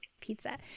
Pizza